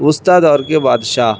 وسطیٰ دور کے بادشاہ